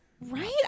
right